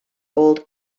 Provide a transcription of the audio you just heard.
old